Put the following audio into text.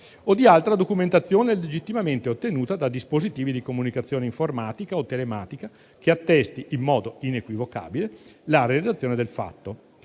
o di altra documentazione legittimamente ottenuta da dispositivi di comunicazione informatica o telematica, che attesti in modo inequivocabile la realizzazione del fatto.